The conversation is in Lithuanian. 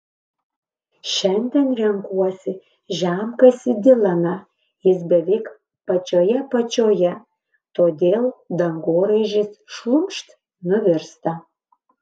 šiandien renkuosi žemkasį dilaną jis beveik pačioje apačioje todėl dangoraižis šlumšt nuvirsta